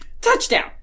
Touchdown